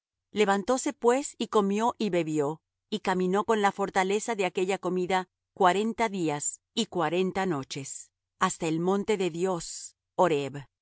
resta levantóse pues y comió y bebió y caminó con la fortaleza de aquella comida cuarenta días y cuarenta noches hasta el monte de dios horeb